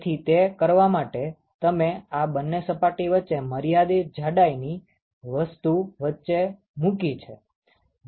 તેથી તે કરવા માટે તમે આ બંને સપાટી વચ્ચે મર્યાદિત જાડાઈની વસ્તુ મૂકી છે